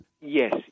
Yes